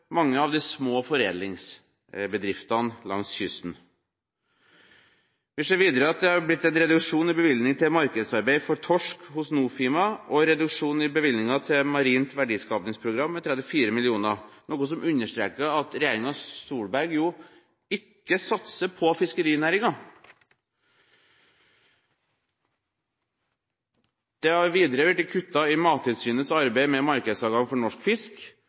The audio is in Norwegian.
mange av de små foredlingsbedriftene langs kysten. Vi ser videre at det har blitt en reduksjon i bevilgningen til markedsarbeid for torsk hos Nofima og en reduksjon i bevilgningen til Marint verdiskapingsprogram på 34 mill. kr, noe som understreker at regjeringen Solberg ikke satser på fiskerinæringen. Det har videre blitt kuttet i Mattilsynets arbeid med markedsadgang for norsk fisk,